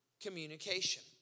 communication